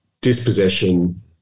dispossession